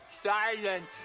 Silence